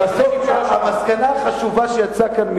המסקנה החשובה שיצאה כאן,